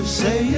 say